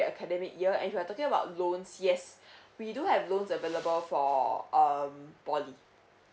academic year and if you're talking about loans yes we do have loans available for um poly